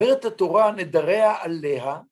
‫אומרת התורה נדריה עליה.